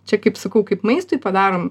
čia kaip sakau kaip maistui padarom